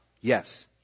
Yes